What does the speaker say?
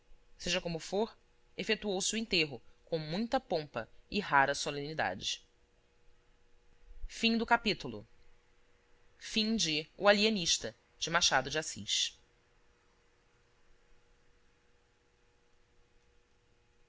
seja como for efetuou se o enterro com muita pompa e rara solenidade